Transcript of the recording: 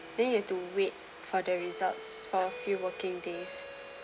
then you have to wait the results for few working days